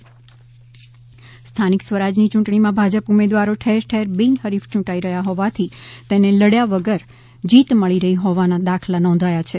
બિનહરીફ ભાજપ ઉમેદવાર સ્થાનિક સ્વરાજ ની ચૂંટણી માં ભાજપ ઉમેદવારો ઠેર બિનહરીફ ચૂંટાઈ રહ્યા હોવાથી તેને લડ્યા વગર જીત મળી રહી હોવાના દાખલા નોંધાયા છે